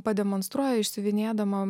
pademonstruoja išsiuvinėdama